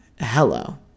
hello